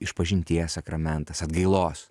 išpažinties sakramentas atgailos